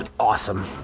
Awesome